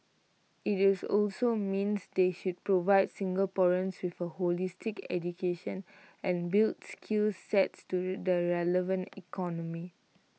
IT also means they should provide Singaporeans with A holistic education and build skill sets to the relevant economy